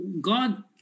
God